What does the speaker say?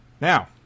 Now